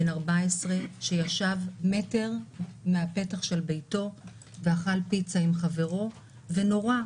בן 14 שישב מטר מפתח ביתו ואכל פיצה עם חברו ונורה,